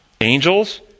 Angels